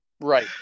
Right